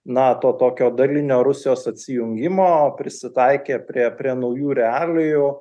na to tokio dalinio rusijos atsijungimo prisitaikė prie prie naujų realijų